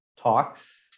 talks